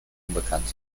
unbekannt